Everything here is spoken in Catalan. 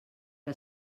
que